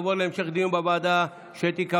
ותעבור להמשך דיון בוועדה שתיקבע.